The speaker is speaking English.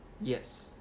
Yes